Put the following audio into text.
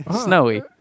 Snowy